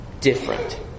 different